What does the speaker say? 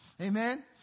Amen